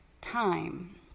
time